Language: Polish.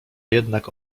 jednak